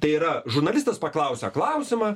tai yra žurnalistas paklausia klausimą